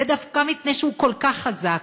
ודווקא מפני שהוא כל כך חזק,